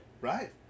Right